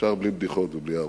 עכשיו בלי בדיחות ובלי הערות.